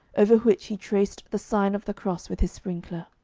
over which he traced the sign of the cross with his sprinkler.